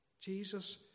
Jesus